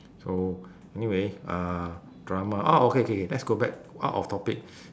so anyway uh drama ah okay okay let's go back out of topic